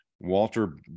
walter